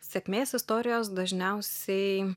sėkmės istorijos dažniausiai